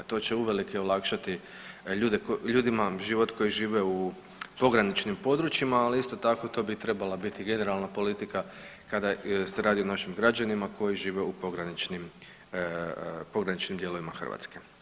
To će uvelike olakšati ljudima život koji žive u pograničnim područjima, ali isto tako to bi trebala biti generalna politika kada se radi o našim građanima koji žive u pograničnim dijelovima Hrvatske.